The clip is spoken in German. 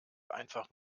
einfach